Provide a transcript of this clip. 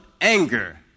anger